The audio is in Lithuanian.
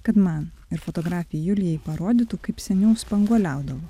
kad man ir fotografei julijai parodytų kaip seniau spanguoliaudavo